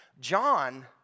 John